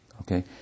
okay